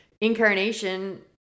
incarnation